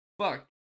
fuck